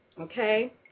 okay